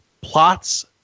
plots